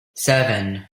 seven